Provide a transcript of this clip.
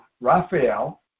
Raphael